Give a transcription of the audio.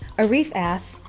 arif asks,